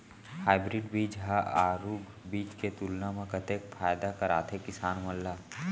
Hybrid बीज हा आरूग बीज के तुलना मा कतेक फायदा कराथे किसान मन ला?